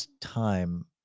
time